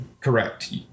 Correct